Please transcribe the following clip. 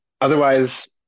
otherwise